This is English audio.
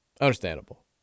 Understandable